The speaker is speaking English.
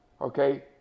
okay